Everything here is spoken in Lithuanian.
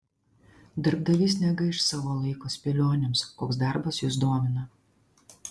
darbdavys negaiš savo laiko spėlionėms koks darbas jus domina